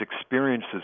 experiences